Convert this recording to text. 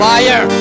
Fire